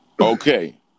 Okay